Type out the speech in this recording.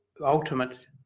ultimate